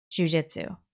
jujitsu